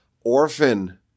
orphan